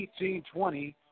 1820